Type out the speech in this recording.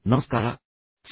ಎಲ್ಲರಿಗೂ ನಮಸ್ಕಾರ